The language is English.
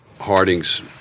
Harding's